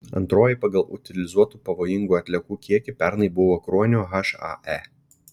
antroji pagal utilizuotų pavojingų atliekų kiekį pernai buvo kruonio hae